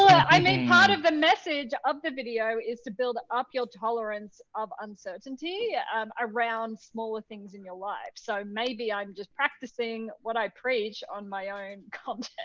i mean, part of the message of the video is to build up your tolerance of uncertainty yeah um around smaller things in your life. so maybe i'm just practicing what i preach on my own content.